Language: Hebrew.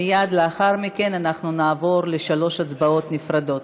מייד לאחר מכן אנחנו נעבור לשלוש הצבעות נפרדות.